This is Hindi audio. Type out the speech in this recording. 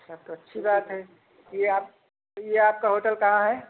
अच्छा तो अच्छी बात है ये आप ये आपका होटल कहाँ है